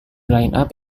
lineup